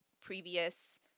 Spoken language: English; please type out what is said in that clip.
previous